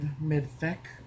mid-thick